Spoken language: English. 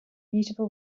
beautiful